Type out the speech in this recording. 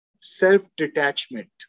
self-detachment